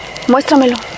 Muéstramelo